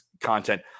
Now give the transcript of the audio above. content